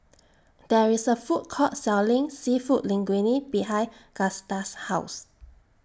There IS A Food Court Selling Seafood Linguine behind Gusta's House